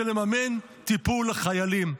זה לממן טיפול לחיילים.